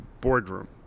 boardroom